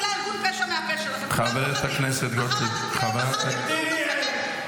חבר הכנסת איימן,